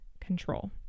control